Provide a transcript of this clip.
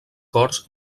corts